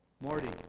Morty